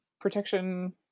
Protection